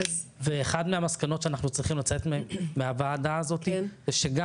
ואחת מהמסקנות שאנחנו צריכים לצאת איתן מהדיון הזה היא שגם